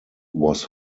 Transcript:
was